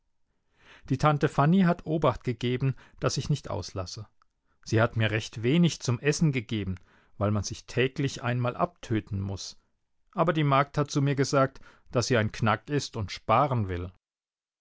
die tante fanny hat obacht gegeben daß ich nicht auslasse sie hat mir recht wenig zum essen gegeben weil man sich täglich einmal abtöten muß aber die magd hat zu mir gesagt daß sie ein knack ist und sparen will